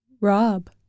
rob